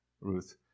Ruth